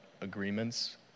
agreements